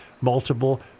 multiple